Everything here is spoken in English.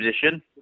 position